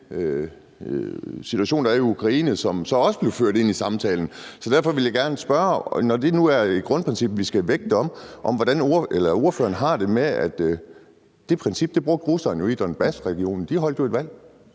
situation, der er i Ukraine, som også blev ført ind i samtalen. Derfor vil jeg gerne spørge: Når det nu er et grundprincip, vi skal stå vagt om, hvordan har ordføreren det så med, at det princip brugte russerne i Donbasregionen? De afholdt jo et valg.